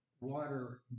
water